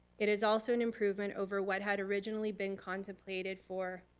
it is also an improvement over what had originally been contemplated for